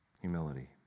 Humility